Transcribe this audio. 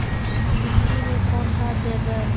भिंडी में कोन खाद देबै?